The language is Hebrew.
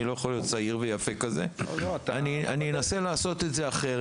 אני לא יכול להיות כזה צעיר ויפה אני אנסה לעשות את זה אחרת: